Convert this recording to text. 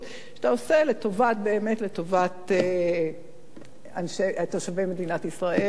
שאתה עושה באמת לטובת תושבי מדינת ישראל.